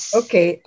okay